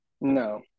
No